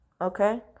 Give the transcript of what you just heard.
Okay